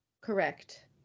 Correct